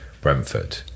Brentford